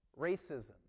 racism